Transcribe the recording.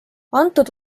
antud